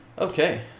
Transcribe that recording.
Okay